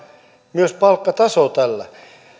myös palkkatasoa tällä minusta